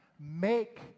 Make